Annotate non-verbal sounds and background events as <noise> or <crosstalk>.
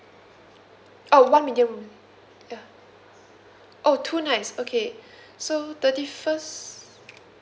oh one medium room ya oh two nights okay <breath> so thirty first